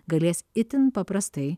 galės itin paprastai